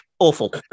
Awful